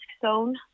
zone